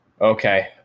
okay